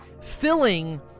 filling